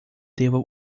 devo